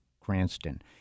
Cranston